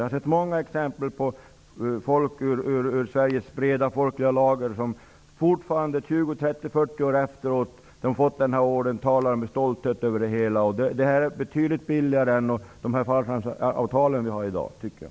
Jag har sett många exempel på att människor, från Sveriges breda lager, 20--40 år efter det att de har fått en orden fortfarande talar om det med stolthet. Detta är betydligt billigare än de fallskärmsavtal som finns i dag.